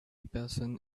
person